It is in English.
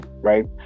right